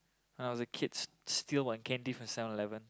I was a kids steal one candy from Seven-Eleven